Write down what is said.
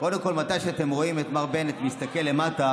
קודם כול, כשאתם רואים את מר בנט מסתכל למטה